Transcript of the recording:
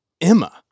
Emma